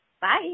bye